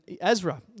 Ezra